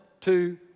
two